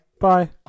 Bye